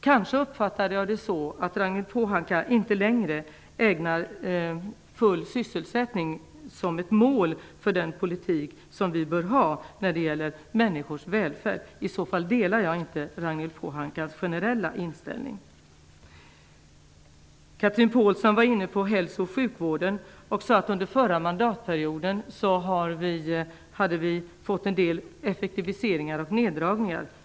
Kanske uppfattade jag det så, att Ragnhild Pohanka inte längre tillägnar den fulla sysselsättningen betydelsen av mål för den politik som vi bör ha när det gäller människors välfärd. Men i så fall delar jag inte Ragnhild Pohankas generella uppfattning. Chatrine Pålsson var inne på hälso och sjukvården och sade att vi under förra mandatperioden fick en del effektiviseringar och neddragningar.